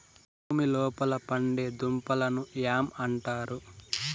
భూమి లోపల పండే దుంపలను యామ్ అంటారు